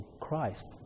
Christ